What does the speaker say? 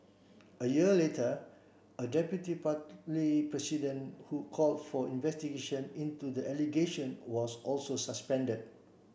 a year later a deputy party president who called for investigations into the allegation was also suspended